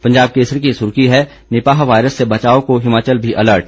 पंजाब केसरी की सुर्खी है निपाह वायरस से बचाव को हिमाचल भी अलर्ट